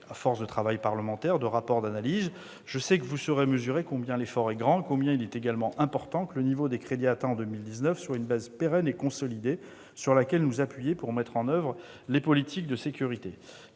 à force de travail parlementaire, de rapports et d'analyses. Vous saurez donc mesurer combien l'effort est grand et combien il est également important que le niveau de crédits atteint en 2019 soit une base pérenne et consolidée, sur laquelle nous appuyer pour mettre en oeuvre les politiques de sécurité.